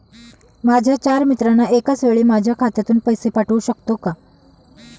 माझ्या चार मित्रांना एकाचवेळी माझ्या खात्यातून पैसे पाठवू शकतो का?